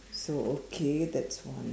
so okay that's one